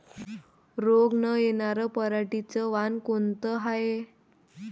रोग न येनार पराटीचं वान कोनतं हाये?